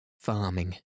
Farming